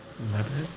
with my parents